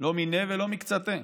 לא מיניה ולא מקצתיה.